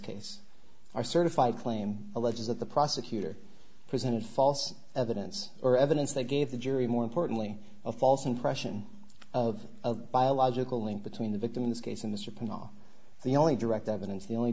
case are certified claim alleges that the prosecutor presented false evidence or evidence that gave the jury more importantly a false impression of a biological link between the victim in this case and this ripping off the only direct evidence the only